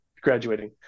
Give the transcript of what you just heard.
graduating